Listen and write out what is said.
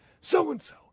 So-and-so